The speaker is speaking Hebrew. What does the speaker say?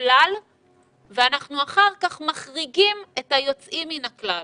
כלל ואנחנו אחר כך מחריגים את היוצאים מהכלל.